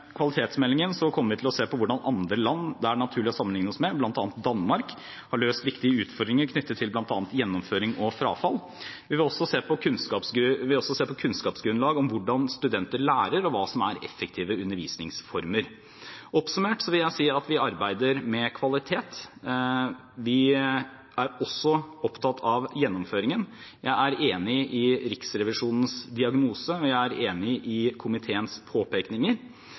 kvalitetsmeldingen kommer vi til å se på hvordan andre land det er naturlig å sammenligne oss med, bl.a. Danmark, har løst viktige utfordringer knyttet til bl.a. gjennomføring og frafall. Vi vil også se på kunnskapsgrunnlag om hvordan studenter lærer, og hva som er effektive undervisningsformer. Oppsummert vil jeg si at vi arbeider med kvalitet. Vi er også opptatt av gjennomføringen. Jeg er enig i Riksrevisjonens diagnose, og jeg er enig i komiteens påpekninger.